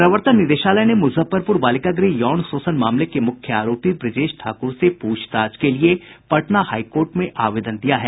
प्रवर्तन निदेशालय ने मुजफ्फरपुर बालिका गृह यौन शोषण मामले के मुख्य आरोपी ब्रजेश ठाकुर से पूछताछ के लिए पटना हाई कोर्ट में आवेदन दिया है